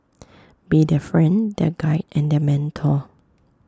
be their friend their guide and their mentor